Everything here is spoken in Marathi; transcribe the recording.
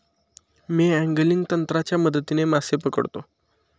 मी अँगलिंग तंत्राच्या मदतीने मासे पकडतो